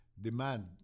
demand